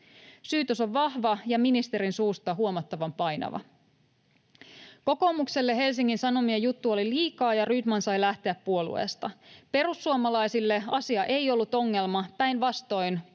Syytös on vahva ja ministerin suusta huomattavan painava. Kokoomukselle Helsingin Sanomien juttu oli liikaa, ja Rydman sai lähteä puolueesta. Perussuomalaisille asia ei ollut ongelma, päinvastoin